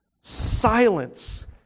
Silence